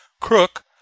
Crook